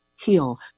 heal